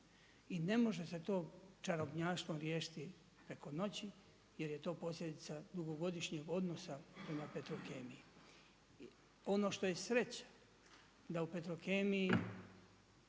i ne može se to čarobnjaštvom riješiti preko noći jer je to posljedica dugogodišnjeg odnosa prema Petrokemiji. Ono što je sreća, da u Petrokemiji